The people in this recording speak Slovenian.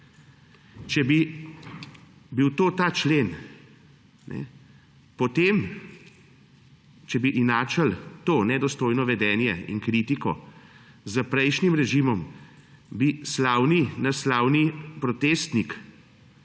Če bi bil to ta člen, če bi enačili to nedostojno vedenje in kritiko s prejšnjim režimom, potem naš slavni protestnik